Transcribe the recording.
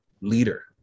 leader